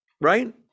right